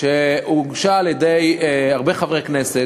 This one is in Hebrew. שהוגשה על-ידי הרבה חברי כנסת,